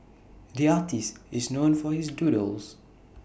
the artist is known for his doodles